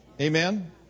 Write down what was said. amen